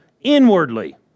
inwardly